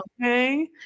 Okay